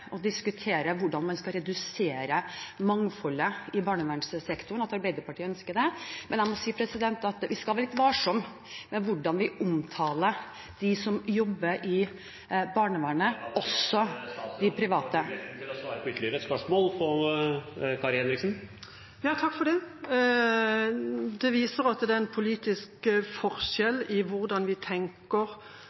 og diskutere hvordan vi skal redusere mangfoldet i barnevernssektoren – at Arbeiderpartiet ønsker det. Men jeg må si at vi skal være litt varsomme med hvordan vi omtaler dem som jobber i barnevernet … Da kan det hende at statsråden får muligheten til å svare på ytterligere et spørsmål fra Kari Henriksen. Dette viser at det er en politisk forskjell i hvordan vi tenker